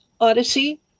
Odyssey